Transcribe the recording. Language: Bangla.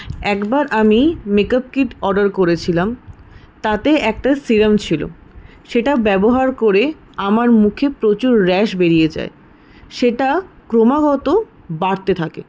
একবার আমি মেকআপ কিট অর্ডার করেছিলাম তাতে একটা সিরাম ছিল সেটা ব্যবহার করে আমার মুখে প্রচুর র্যাস বেরিয়ে যায় সেটা ক্রমাগত বাড়তে থাকে